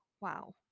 wow